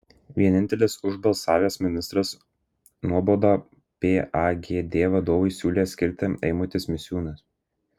vienintelis už balsavęs ministras nuobaudą pagd vadovui siūlęs skirti eimutis misiūnas